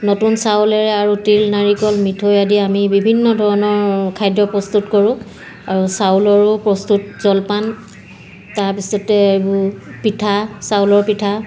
নতুন চাউলেৰে আৰু তিল নাৰিকল মিঠৈ আদি আমি বিভিন্ন ধৰণৰ খাদ্য প্ৰস্তুত কৰোঁ আৰু চাউলৰো প্ৰস্তুত জলপান তাৰপিছতে এইবোৰ পিঠা চাউলৰ পিঠা